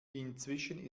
inzwischen